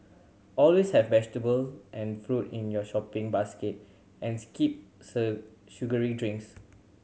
always have vegetables and fruit in your shopping basket and skip sugary drinks